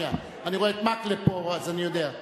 אני רואה את מקלב פה, אז אני יודע.